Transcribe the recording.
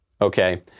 Okay